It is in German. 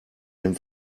dem